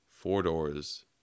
four-doors